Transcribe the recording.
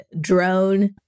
drone